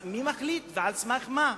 אז מי מחליט ועל סמך מה?